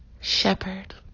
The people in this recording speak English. Shepherd